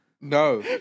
No